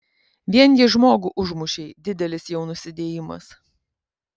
vien jei žmogų užmušei didelis jau nusidėjimas